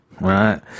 right